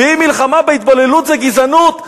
ואם מלחמה בהתבוללות זה גזענות,